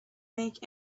make